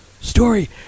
story